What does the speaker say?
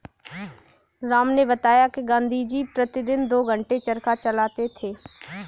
राम ने बताया कि गांधी जी प्रतिदिन दो घंटे चरखा चलाते थे